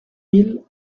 mille